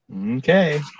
Okay